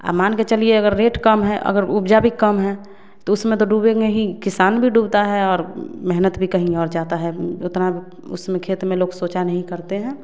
आप मान के चलिए अगर रेट कम हैं अगर उपजा भी कम हैं तो उसमें तो डूबेंगे ही किसान भी डूबता हैं और मेहनत भी कहीं और जाता हैं उतना उसमें खेत में लोग सोचा नहीं करते हैं